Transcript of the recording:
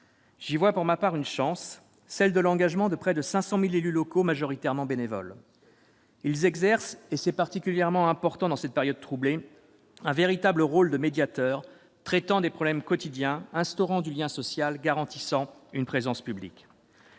J'y vois, pour ma part, une chance, celle de l'engagement de près de 500 000 élus locaux, majoritairement bénévoles. Ils exercent, et c'est particulièrement important dans cette période troublée, un véritable rôle de médiateur traitant les problèmes quotidiens, instaurant du lien social, garantissant une présence publique.